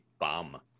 bum